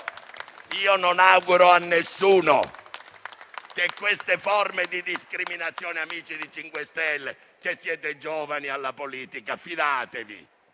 Non auguro a nessuno queste forme di discriminazione. Amici dei 5 Stelle, che siete giovani alla politica, fidatevi: